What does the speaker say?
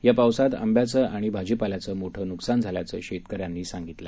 या पावसात आंब्याचं आणि भाजीपाल्याचं मोठं नुकसान झाल्याचं शेतकऱ्यांनी सांगितलं